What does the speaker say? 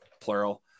plural